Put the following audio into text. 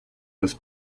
was